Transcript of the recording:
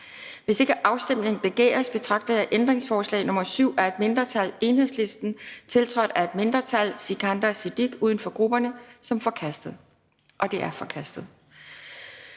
Hvis ikke afstemning begæres, betragter jeg ændringsforslag nr. 5 af et mindretal (EL), tiltrådt af et mindretal (Sikandar Siddique (UFG)), som forkastet. Det er forkastet.